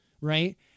right –